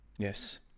Yes